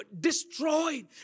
destroyed